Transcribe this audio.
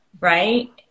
right